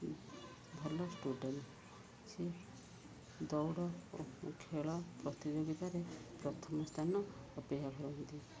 ଭଲ ଷ୍ଟୁଡ଼େଣ୍ଟ୍ ସେ ଦୌଡ଼ ଖେଳ ପ୍ରତିଯୋଗିତାରେ ପ୍ରଥମ ସ୍ଥାନ ଅପେକ୍ଷା କରନ୍ତି